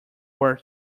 were